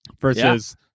Versus